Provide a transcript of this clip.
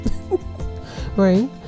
right